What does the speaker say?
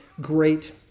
great